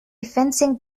fencing